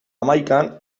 hamaikan